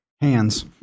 hands